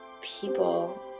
people